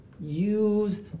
Use